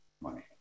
money